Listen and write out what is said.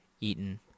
eaten